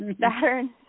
Saturn